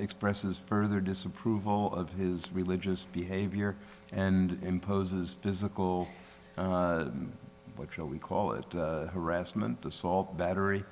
expresses further disapproval of his religious behavior and imposes physical what shall we call it harassment assault battery